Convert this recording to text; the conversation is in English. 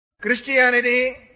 Christianity